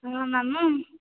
ହଁ ମାମୁଁ